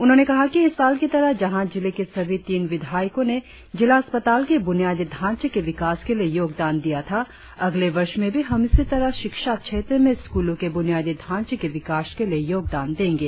उन्होंने कहा कि इस साल की तरह जहां जिले के सभी तीन विधायको ने जिला अस्पताल के ब्रुनियादी ढांचे के विकास के लिए योगदान दिया था अगले वर्ष में भी हम इसी तरह शिक्षा क्षेत्र में स्कूलों के बुनियादी ढांचे के विकास के लिए योगदान देंगे